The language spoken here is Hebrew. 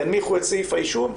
ינמיכו את סעיף האישום,